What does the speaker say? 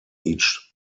each